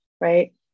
right